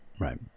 right